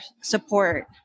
support